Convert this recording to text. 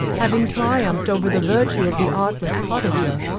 having triumphed over the virtue of the artless cottager,